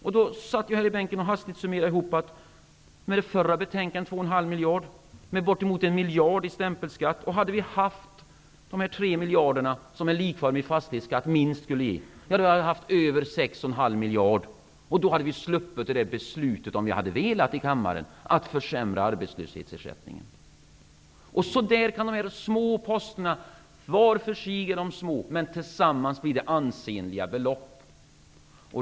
Jag satt i bänken och summerade ihop det hastigt. Med 2,5 miljarder i det förra betänkandet, cirka en miljard i stämpelskatt och de tre miljader som en likformig fastighetsskatt minst skulle ge, hade vi haft över 6,5 miljarder. Då hade vi sluppit beslutet i kammaren om att försämra arbetslöshetsersättningen om vi hade velat. På detta sätt kan de små posterna, som var för sig är små, tillsammans bli ansenliga belopp.